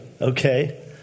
Okay